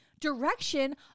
direction